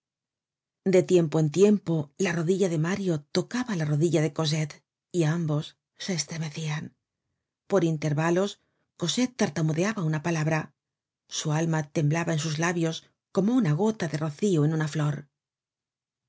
de tiempo en tiempo la rodilla de mario tocaba la rodilla de cosette y ambos se estremecian por intervalos cosette tartamudeaba una palabra su alma tembla ba en sus labios como una gota de rocío en una flor